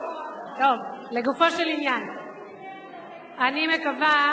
אבל כשמביאים הצעות חוק אמיתיות הוא בורח